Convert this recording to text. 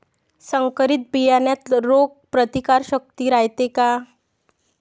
संकरित बियान्यात रोग प्रतिकारशक्ती रायते का?